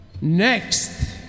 Next